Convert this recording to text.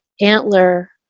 antler